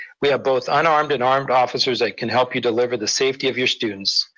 we have both unarmed and armed officers that can help you deliver the safety of your students,